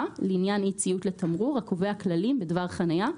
לעניין אי ציות לתמרור הקובע כללים בדבר חניה,